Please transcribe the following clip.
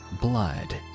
Blood